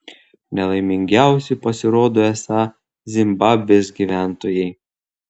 nelaimingiausi pasirodė esą zimbabvės gyventojai